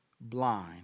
blind